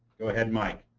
go ahead, mike.